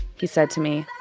he said to me,